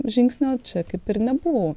žingsnio čia kaip ir nebuvo